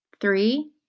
three